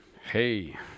Hey